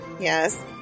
Yes